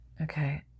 Okay